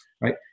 right